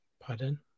pardon